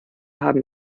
haben